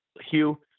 Hugh